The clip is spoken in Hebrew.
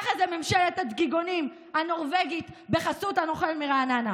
ככה זה ממשלת הדגיגונים הנורבגית בחסות הנוכל מרעננה.